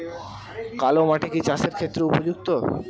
কালো মাটি কি চাষের ক্ষেত্রে উপযুক্ত?